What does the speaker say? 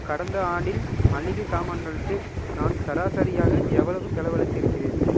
கடந்த ஆண்டில் மளிகைச் சாமான்களுக்கு நான் சராசரியாக எவ்வளவு செலவழித்து இருக்கிறேன்